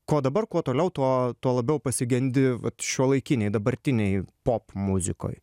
ko dabar kuo toliau tuo tuo labiau pasigendi vat šiuolaikinėj dabartinėj popmuzikoj